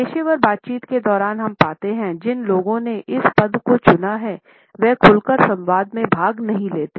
पेशेवर बातचीत के दौरान हम पाते हैं कि जिन लोगों ने इस पद को चुना है वो खुलकर संवाद में भाग नहीं लेते हैं